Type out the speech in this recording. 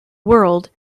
world